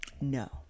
No